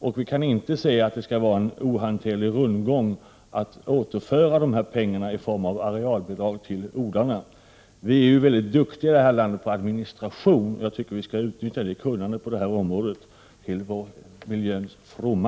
Och vi kan inte se att det skall innebära en ohanterlig rundgång att återföra dessa pengar i form av arealbidrag till odlarna. Vi är ju i det här landet mycket duktiga på administration, och jag tycker att vi skall utnyttja det kunnandet på det här området till miljöns fromma.